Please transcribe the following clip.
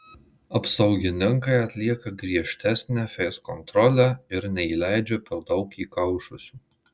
apsaugininkai atlieka griežtesnę feiskontrolę ir neįleidžia per daug įkaušusių